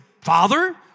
Father